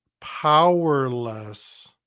powerless